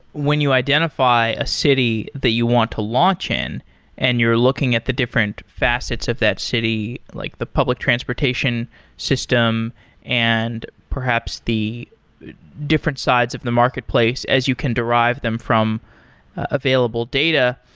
when you identify a city that you want to launch in and you're looking at the different facets of that city, like the public transportation system and perhaps the different sides of the marketplace as you can derive them from available data.